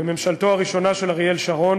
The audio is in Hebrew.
בממשלתו הראשונה של אריאל שרון.